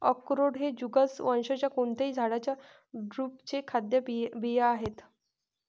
अक्रोड हे जुगलन्स वंशाच्या कोणत्याही झाडाच्या ड्रुपचे खाद्य बिया आहेत